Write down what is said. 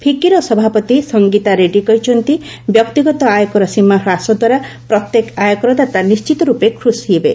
ଫିକିର ସଭାପତି ସଙ୍ଗୀତା ରେଡ୍ରୀ କହିଛନ୍ତି ବ୍ୟକ୍ତିଗତ ଆୟକର ସୀମା ହ୍ରାସଦ୍ୱାରା ପ୍ରତ୍ୟେକ ଆୟକରଦାତା ନିିିିନ୍ତ ରୂପେ ଖୁସି ହେବେ